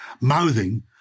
mouthing